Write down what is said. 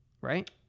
Right